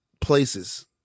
places